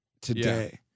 today